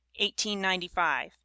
1895